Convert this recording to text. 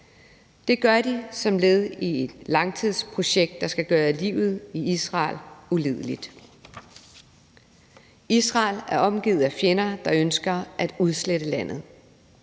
Det gør de som led i et langtidsprojekt, der skal gøre livet i Israel ulideligt. Israel er omgivet af fjender, der ønsker at udslette landet.